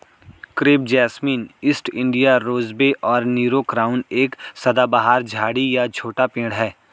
crepe jasmine, east India rosebay और Nero crown एक सदाबहार झाड़ी या छोटा पेड़ है